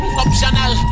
optional